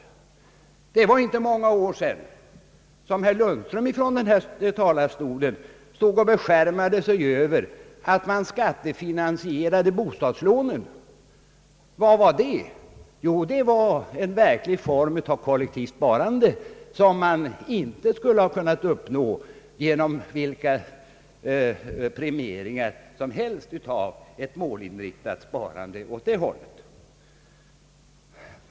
Det var inte många år sedan, som herr Lundström ifrån denna talarstol beskärmade sig över att man skattefinansierade de statliga bostadslånen. Vad var det? Jo, det var en verklig form för kollektivt sparande, som man inte skulle kunnat uppnå genom vilka premieringar som helst av ett målinriktat sparande åt det hållet.